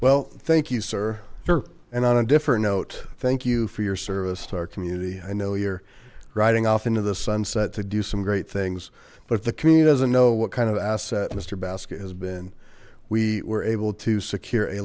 well thank you sir sure and on a different note thank you for your service to our community i know you're riding off into the sunset to do some great things but if the community doesn't know what kind of a set mister basket has been we were able to secure a